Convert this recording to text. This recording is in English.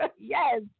Yes